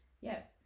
Yes